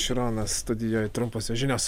šironas studijoj trumposios žinios